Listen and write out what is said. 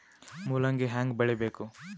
ಮೂಲಂಗಿ ಹ್ಯಾಂಗ ಬೆಳಿಬೇಕು?